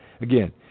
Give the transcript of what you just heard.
again